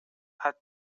att